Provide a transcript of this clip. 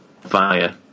fire